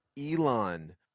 Elon